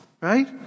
right